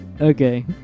Okay